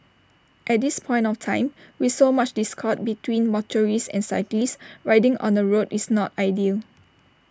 at this point of time with so much discord between motorists and cyclists riding on the road is not ideal